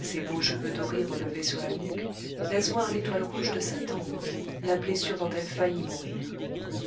ses beaux cheveux dorés relevés sur la nuque laissent voir l'étoile rouge de sa tempe la blessure dont elle faillit mourir